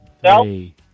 three